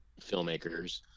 filmmakers